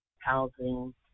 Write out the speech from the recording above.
housing